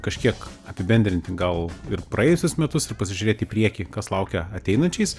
kažkiek apibendrinti gal ir praėjusius metus ir pasižiūrėti į priekį kas laukia ateinančiais